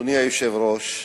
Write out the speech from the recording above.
אדוני היושב-ראש,